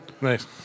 nice